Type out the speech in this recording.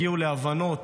הגיעו להבנות